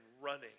running